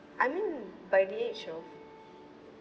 I mean by the age of